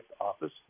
Office